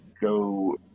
go